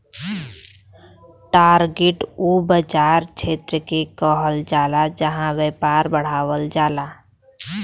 target उ बाज़ार क्षेत्र के कहल जाला जहां व्यापार बढ़ावल जाला